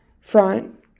front